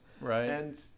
Right